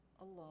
alone